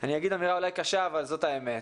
אני אגיד אמירה אולי קשה אבל זאת האמת.